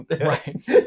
Right